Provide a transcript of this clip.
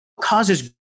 causes